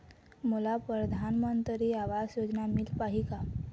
मोला परधानमंतरी आवास योजना मिल पाही का?